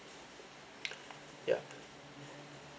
ya